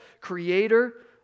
creator